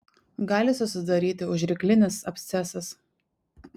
gali susidaryti užryklinis abscesas